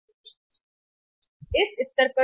इस स्तर से इस स्तर तक लागत बहुत अधिक है